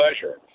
pleasure